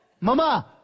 Mama